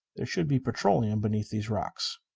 there should be petroleum beneath these rocks.